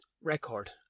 record